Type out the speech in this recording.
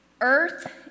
Earth